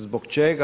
Zbog čega?